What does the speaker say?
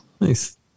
Nice